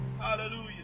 Hallelujah